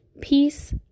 Peace